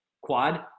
quad